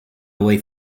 away